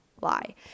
lie